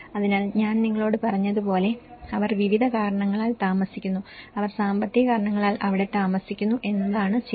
അതിനാൽ ഞാൻ നിങ്ങളോട് പറഞ്ഞതുപോലെ അവർ വിവിധ കാരണങ്ങളാൽ താമസിക്കുന്നു അവർ സാമ്പത്തിക കാരണങ്ങളാൽ അവിടെ താമസിക്കുന്നു എന്നതാണ് ശരി